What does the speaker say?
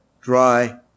dry